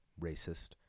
racist